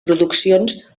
produccions